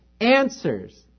Answers